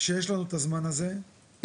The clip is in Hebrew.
שיש לנו את הזמן הזה, לא היום.